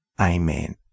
Amen